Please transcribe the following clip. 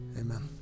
Amen